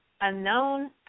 unknown